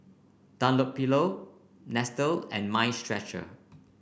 Dunlopillo Nestle and Mind Stretcher